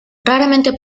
raramente